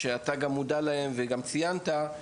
שאתה גם מודע אליהם וגם ציינת אותם,